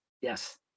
Yes